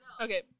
Okay